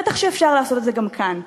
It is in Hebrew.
בטח שאפשר גם כאן.